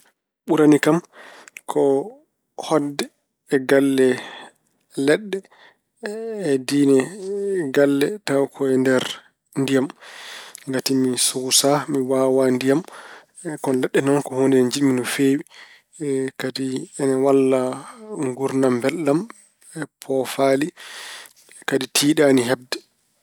Ɓurani kam ko hoɗde e galle leɗɗe e diine galle taw ko e nder ndiyam. Ngati mi suusaa, mi waawaa ndiyam. Kono leɗɗe noon ko huunde nde njiɗmi no feewi. Kadi ina walla nguurdam mbeldam, poofaali, kadi tiiɗaani heɓde.